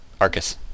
Arcus